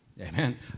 Amen